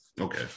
Okay